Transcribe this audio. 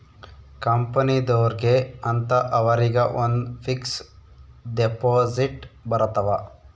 ಕಂಪನಿದೊರ್ಗೆ ಅಂತ ಅವರಿಗ ಒಂದ್ ಫಿಕ್ಸ್ ದೆಪೊಸಿಟ್ ಬರತವ